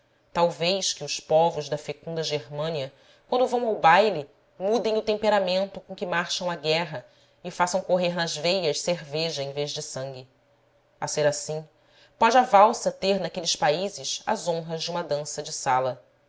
talvez que os povos da fecunda germânia quando vão ao baile mudem o temperamento com que marcham à guerra e façam correr nas veias cerveja em vez de sangue a ser assim pode a valsa ter naqueles países as honras de uma dança de sala